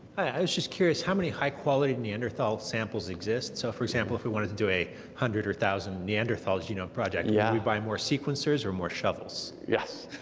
i was just curious how many high quality neanderthal samples exists? so for example, if we wanted to do a hundred or thousand neanderthal genome project, do yeah we buy more sequencers or more shovels? yes,